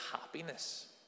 happiness